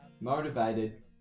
motivated